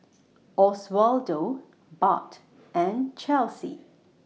Oswaldo Bart and Chelsey